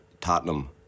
Tottenham